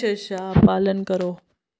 चशा पालन करो